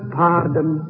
pardon